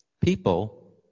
people